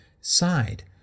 side